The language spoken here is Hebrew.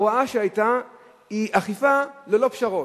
ההוראה שהיתה היא אכיפה ללא פשרות.